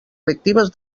lectives